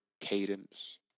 cadence